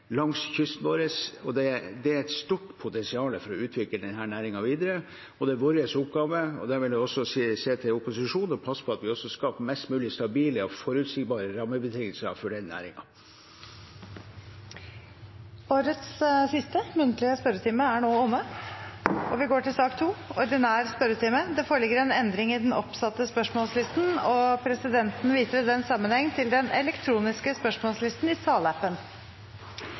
langs kysten vår. Det er et stort potensial for å utvikle denne næringen videre, og det er vår oppgave, og der vil jeg også se til opposisjonen og passe på at vi skaper mest mulig stabile og forutsigbare rammebetingelser for den næringen. Årets siste muntlige spørretime er nå omme. Det blir en endring i den oppsatte spørsmålslisten. Presidenten viser i den sammenheng til den elektroniske spørsmålslisten i salappen.